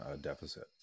deficit